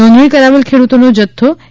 નોંધણી કરાવેલ ખેડૂતોનો જથ્થો તા